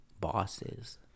bosses